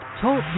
Talk